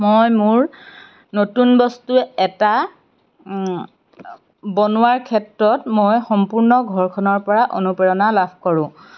মই মোৰ নতুন বস্তু এটা বনোৱাৰ ক্ষেত্ৰত মই সম্পূৰ্ণ ঘৰখনৰ পৰা অনুপ্ৰেৰণা লাভ কৰোঁ